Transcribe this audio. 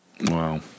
Wow